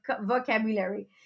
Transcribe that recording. vocabulary